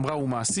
אמרה הוא מעשי,